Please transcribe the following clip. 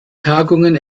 tagungen